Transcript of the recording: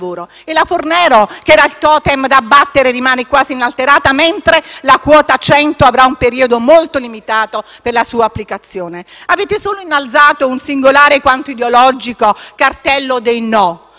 Fornero, che era il *totem* da abbattere, rimane quasi inalterata, mentre la quota 100 avrà un periodo molto limitato per la sua applicazione. Avete solo innalzato un singolare, quanto ideologico, cartello dei no.